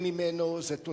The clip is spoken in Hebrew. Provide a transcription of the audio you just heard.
כך היא נקראת.